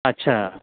अच्छा